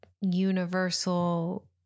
universal